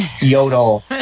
yodel